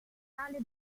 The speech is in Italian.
tale